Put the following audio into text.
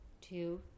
Two